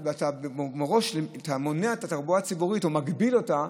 ומראש אתה מונע את התחבורה הציבורית או מגביל אותה,